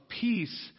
peace